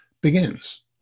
begins